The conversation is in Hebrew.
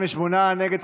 מי נגד?